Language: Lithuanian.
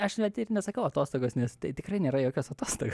aš net ir nesakau atostogos nes tai tikrai nėra jokios atostogo